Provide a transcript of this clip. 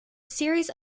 series